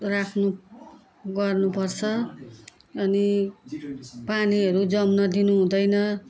राख्नु गर्नुपर्छ अनि पानीहरू जम्न दिनु हुँदैन